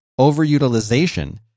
overutilization